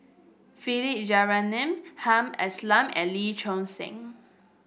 Philip Jeyaretnam Hamed Ismail and Lee Choon Seng